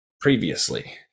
previously